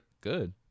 Good